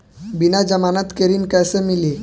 बिना जमानत के ऋण कैसे मिली?